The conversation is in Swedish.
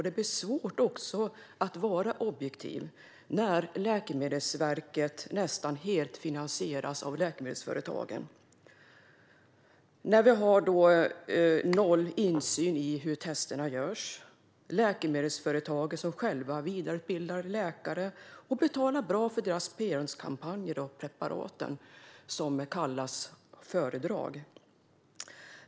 Det är dessutom svårt att vara objektiv då man nästan helt finansieras av läkemedelsföretagen. Det är noll insyn i hur testerna görs, och läkemedelsföretagen vidareutbildar själva läkare och betalar bra för deras pr-kampanjer för preparat, som kallas föredrag.